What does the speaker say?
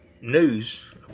news